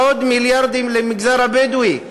ועוד מיליארדים למגזר הבדואי.